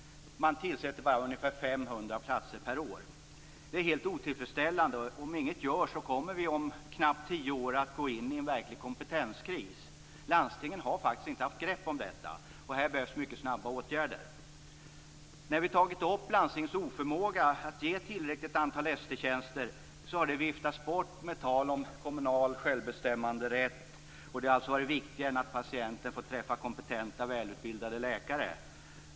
Man tillsätter bara ungefär 500 platser per år. Detta är helt otillfredsställande, och om inget görs kommer vi om knappt tio år att gå in i en verklig kompetenskris. Landstingen har faktiskt inte haft grepp om detta. Här behövs mycket snabba åtgärder. När vi har tagit upp landstingens oförmåga att ge tillräckligt antal ST-tjänster har det viftats bort med tal om kommunal självbestämmanderätt. Det har alltså varit viktigare än att patienten får träffa kompetenta, välutbildade läkare.